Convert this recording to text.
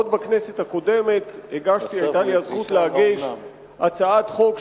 עוד בכנסת הקודמת היתה לי הזכות להגיש הצעת חוק,